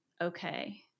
okay